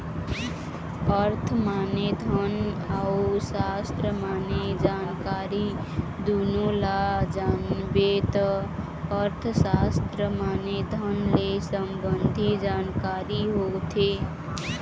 अर्थ माने धन अउ सास्त्र माने जानकारी दुनो ल जानबे त अर्थसास्त्र माने धन ले संबंधी जानकारी होथे